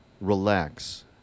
relax